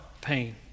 pain